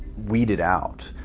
weeded out.